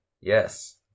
Yes